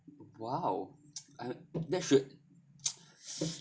!wow! uh that should